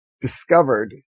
discovered